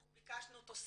אנחנו ביקשנו תוספת.